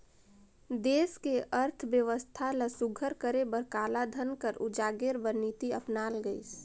देस के अर्थबेवस्था ल सुग्घर करे बर कालाधन कर उजागेर बर नीति अपनाल गइस